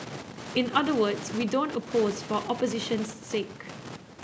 in other words we don't oppose for opposition's sake